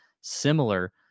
Similar